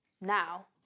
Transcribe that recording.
now